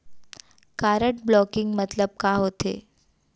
Card blocking मतलब का होथे?